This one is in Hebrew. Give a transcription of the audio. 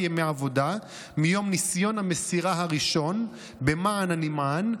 ימי עבודה מיום ניסיון המסירה הראשון במען הנמען,